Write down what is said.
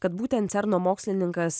kad būtent cerno mokslininkas